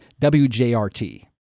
WJRT